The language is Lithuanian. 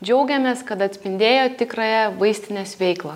džiaugiamės kad atspindėjo tikrąją vaistinės veiklą